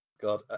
God